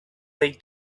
they